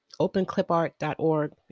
openclipart.org